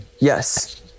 yes